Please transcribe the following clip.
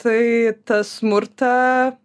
tai tą smurtą